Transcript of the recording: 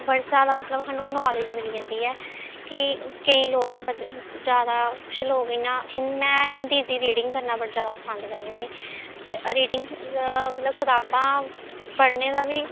WhatsApp दा मतलब सानूं नालेज मिली जंदी ऐ कि केईं लोक मत जैदा कुछ लोक इ'यां में हिंदी दी रीडिंग करना बड़ा जैदा पसंद करनी होन्नी ते रीडिंग मतलब कताबां पढ़ने दा बी